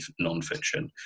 nonfiction